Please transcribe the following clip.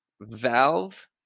Valve